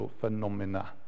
phenomena